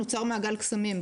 נוצא מעגל קסמים.